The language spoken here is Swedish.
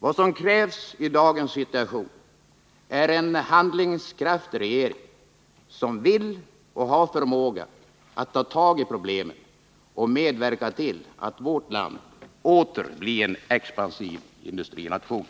Vad som krävs i dagens situation är en handlingskraftig regering som vill och har förmåga att ta tag i problemen och att medverka till att vårt land åter blir en expansiv industrination.